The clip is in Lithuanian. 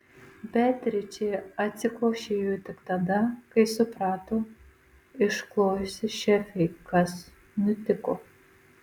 beatričė atsikvošėjo tik tada kai suprato išklojusi šefei kas nutiko